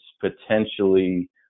potentially